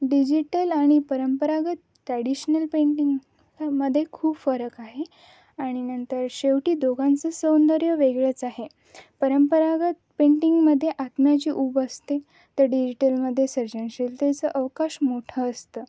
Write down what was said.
digital आणि परंपरागत traditional पेंटिंगामध्ये खूप फरक आहे आणि नंतर शेवटी दोघांचं सौंदर्य वेगळंच आहे परंपरागत पेंटिंगमध्ये आत्म्याची उब असते तर डिजिटलमध्ये सर्जनशीलतेचं अवकाश मोठं असतं